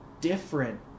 different